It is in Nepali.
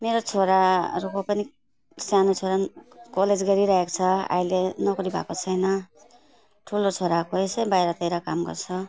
मेरो छोराहरूको पनि सानो छोरा कलेज गरिरहेको छ अहिले नोकरी भएको छैन ठुलो छोराको यसै बाहिरतिर काम गर्छ